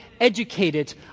educated